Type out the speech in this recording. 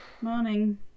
Morning